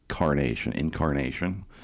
incarnation